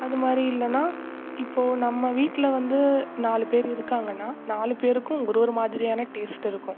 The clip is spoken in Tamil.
அதுமாதிரி இல்லைன்னா இப்போ நம்ம வீட்டில் வந்து நாலு பேர் இருக்காங்கன்னால் நாலு பேருக்கும் ஒரு ஒருமாதிரியான டேஸ்ட் இருக்கும்